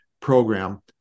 program